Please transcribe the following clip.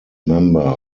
member